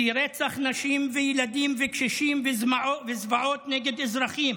כי רצח נשים, ילדים וקשישים וזוועות נגד אזרחים